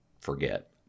forget